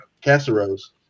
casseroles